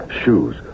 shoes